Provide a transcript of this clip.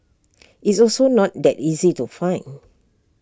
it's also not that easy to find